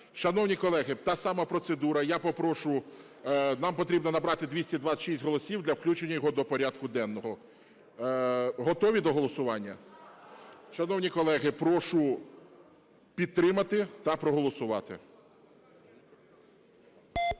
Шановні колеги, та сама процедура. Я попрошу, нам потрібно набрати 226 голосів для включення його до порядку денного. Готові до голосування? Шановні колеги, прошу підтримати та проголосувати.